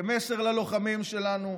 מסר ללוחמים שלנו,